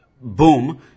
boom